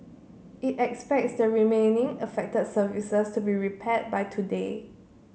it expects the remaining affected services to be repaired by today